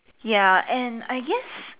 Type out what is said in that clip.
ya and I guess